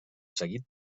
seguit